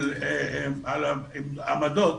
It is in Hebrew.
על העמדות